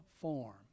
form